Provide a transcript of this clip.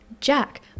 Jack